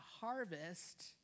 harvest